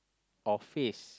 or phrase